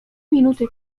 minuty